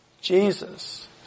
Jesus